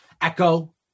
Echo